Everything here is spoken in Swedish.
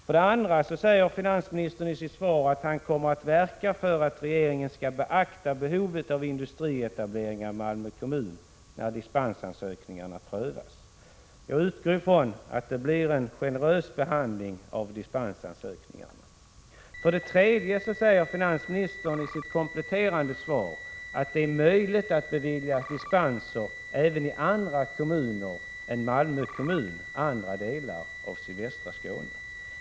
För det andra säger finansministern i sitt svar att han kommer att verka för att regeringen skall beakta behovet av industrietableringar i Malmö kommun när dispensansökningarna prövas. Jag utgår ifrån att det blir en generös behandling av dispensansökningarna. För det tredje säger finansministern i sitt kompletterande svar att det är möjligt att bevilja dispenser även i andra delar av sydvästra Skåne än Malmö kommun.